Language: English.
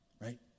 right